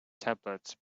tablets